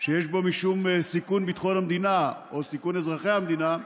שיש בו משום סיכון ביטחון המדינה או סיכון אזרחי המדינה,